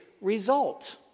result